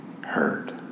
heard